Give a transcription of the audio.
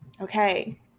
Okay